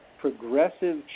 progressive